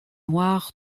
noirs